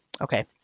Okay